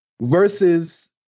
versus